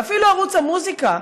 ואפילו ערוץ המוזיקה,